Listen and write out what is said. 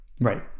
Right